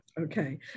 Okay